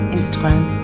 Instagram